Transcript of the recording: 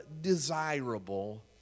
desirable